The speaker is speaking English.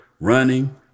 running